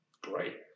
great